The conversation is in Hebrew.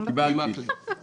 בעברית כדי שייכנס לפרוטוקול.